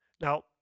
Now